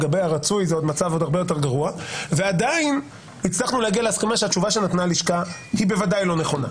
ובכל זאת הצלחנו להגיע להסכמה שהתשובה שנתנה הלשכה היא בוודאי לא נכונה.